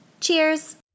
Cheers